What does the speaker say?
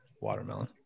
watermelon